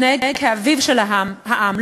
מתנהג כאביו של העם,